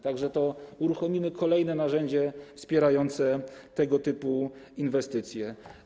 Tak że uruchomimy kolejne narzędzie wspierające tego typu inwestycje.